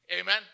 amen